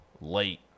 late